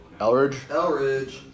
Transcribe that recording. Elridge